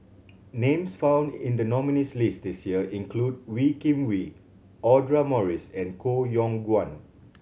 names found in the nominees' list this year include Wee Kim Wee Audra Morrice and Koh Yong Guan